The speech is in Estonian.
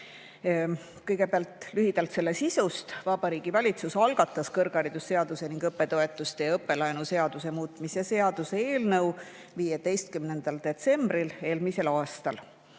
Kõigepealt lühidalt eelnõu sisust. Vabariigi Valitsus algatas kõrgharidusseaduse ning õppetoetuste ja õppelaenu seaduse muutmise seaduse eelnõu 15. detsembril eelmisel aastal.